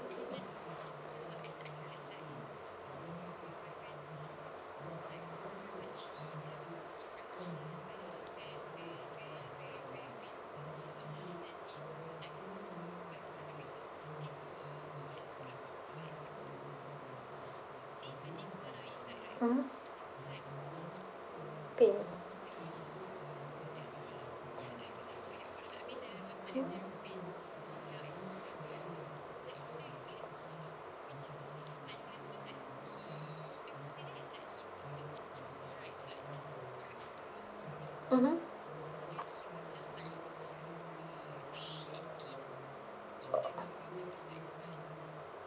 mmhmm pain mmhmm